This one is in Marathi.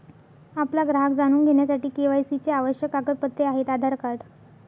आपला ग्राहक जाणून घेण्यासाठी के.वाय.सी चे आवश्यक कागदपत्रे आहेत आधार कार्ड